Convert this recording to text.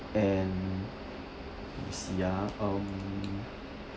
and let me see ah um